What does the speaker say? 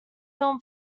film